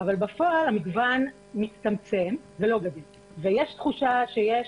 אבל בפועל המגוון מצטמצם ויש תחושה שיש